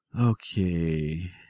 Okay